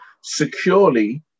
securely